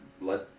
let